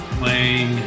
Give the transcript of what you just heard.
playing